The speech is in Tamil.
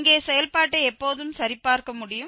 இங்கே செயல்பாட்டை எப்போதும் சரிபார்க்க முடியும்